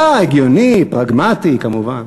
אתה הגיוני, פרגמטי, כמובן.